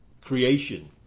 creation